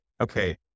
okay